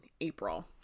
April